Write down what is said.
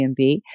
Airbnb